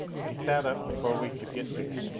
he sat up before we could get to him.